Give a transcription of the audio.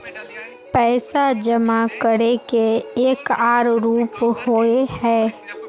पैसा जमा करे के एक आर रूप होय है?